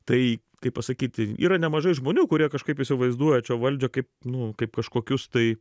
tai kaip pasakyti yra nemažai žmonių kurie kažkaip įsivaizduoja čia valdžią kaip nu kaip kažkokius tai